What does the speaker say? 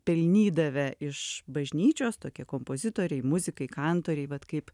pelnydavę iš bažnyčios tokie kompozitoriai muzikai kantoriai vat kaip